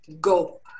go